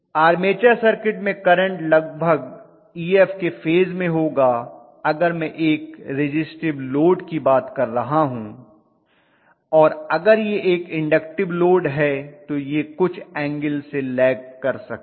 armature circuit मैं current लगभग Ef के फेज में होगा अगर मैं एक रिज़िस्टिव लोड की बात कर रहा हूं और अगर यह एक इन्डक्टिव लोड है तो यह कुछ एंगल से लैग कर सकता है